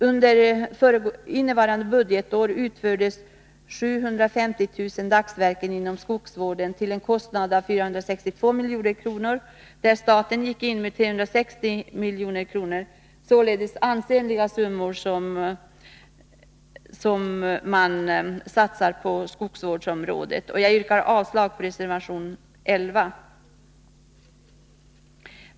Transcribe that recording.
Under budgetåret 1981/82 utfördes exempelvis 759 000 dagsverken inom skogsvården, till en kostnad av 462 milj.kr., varav staten betalade 361 milj.kr. — således ansenliga summor som satsats just på skogsvårdens område. Jag yrkar avslag på reservation nr 11.